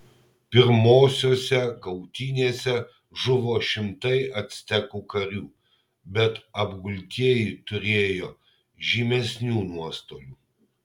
pirmosiose kautynėse žuvo šimtai actekų karių bet apgultieji turėjo žymesnių nuostolių